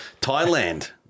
Thailand